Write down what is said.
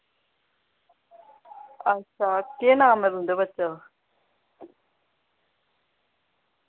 अच्छा केह् नाम ऐ तुं'दे बच्चे दा